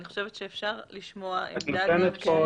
אני חושבת שאפשר לשמוע עמדה --- את נותנת פה